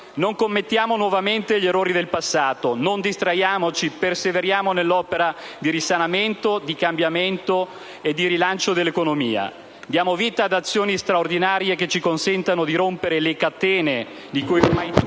Non commettiamo nuovamente gli errori del passato. Non distraiamoci e perseveriamo nell'opera di risanamento, di cambiamento e di rilancio dell'economia. Diamo vita ad azioni straordinarie che ci consentano di rompere le catene di cui ormai tutti